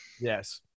Yes